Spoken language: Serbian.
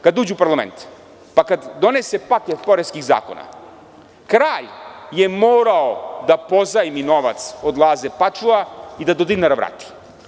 Kad on uđe u parlament pa kad donese paket poreskih zakona, kralj je morao da pozajmi novac od Laze Pačua i da do dinara vrati.